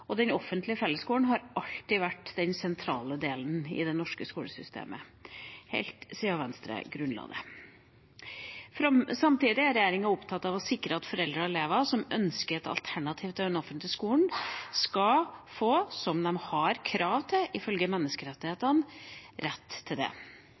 og den offentlige fellesskolen har alltid vært den sentrale delen av det norske skolesystemet – helt siden Venstre grunnla det. Samtidig er regjeringa opptatt av å sikre at foreldre og elever som ønsker et alternativ til den offentlige skolen, skal få det, noe de også har krav på ifølge